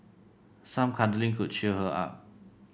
some cuddling could cheer her up